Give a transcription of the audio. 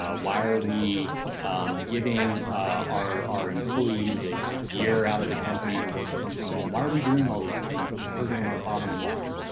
ah why are we um giving our our employees a a year out of the company to work from home, why are we doing all these things, it's hurting our bottom line.